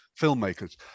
filmmakers